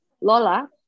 Lola